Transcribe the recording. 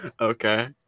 Okay